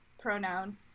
pronoun